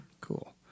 Cool